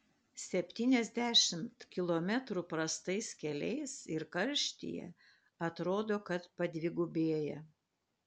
septyniasdešimt kilometrų prastais keliais ir karštyje atrodo kad padvigubėja